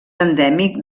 endèmic